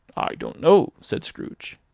i don't know, said scrooge.